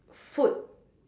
food